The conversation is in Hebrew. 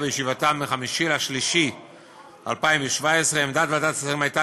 בישיבתה ב-5 במרס 2017. עמדת ועדת השרים הייתה